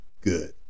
good